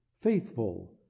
faithful